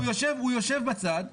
הוא יושב בצד ואומר: